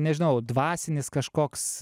nežinau dvasinis kažkoks